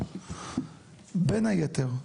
בין היתר,